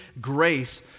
grace